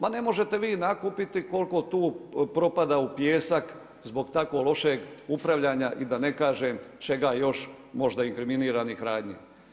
Ma ne možete vi nakupiti, koliko tu propada u pijesak, zbog tako lošeg upravljanja i da ne kažem, čega još možda intrigiranih radnji.